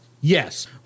Yes